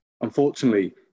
unfortunately